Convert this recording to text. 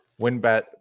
WinBet